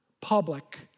public